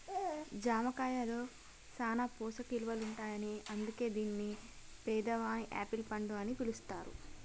జామ కాయలో సాన పోషక ఇలువలుంటాయని అందుకే దీన్ని పేదవాని యాపిల్ పండు అని పిలుస్తారు